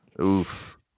Oof